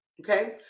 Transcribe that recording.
okay